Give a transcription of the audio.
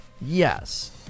Yes